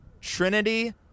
Trinity